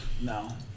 No